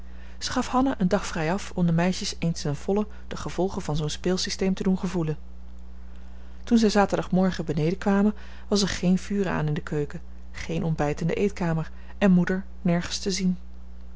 gaf hanna een dag vrijaf om de meisjes eens ten volle de gevolgen van zoo'n speelsysteem te doen gevoelen toen zij zaterdagmorgen beneden kwamen was er geen vuur aan in de keuken geen ontbijt in de eetkamer en moeder nergens te zien